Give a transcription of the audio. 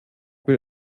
will